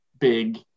big